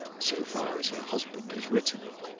so far as her husband has written it?